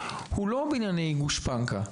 הוא לא בענייני גושפנקה,